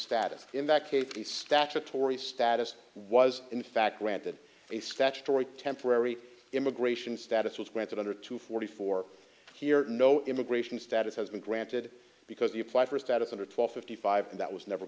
status in that case the statutory status was in fact granted a statutory temporary immigration status was granted under two forty four here no immigration status has been granted because you apply for status under twelve fifty five and that was never